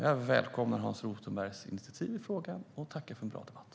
Jag välkomnar Hans Rothenbergs initiativ i frågan och tackar för en bra debatt.